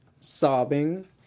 sobbing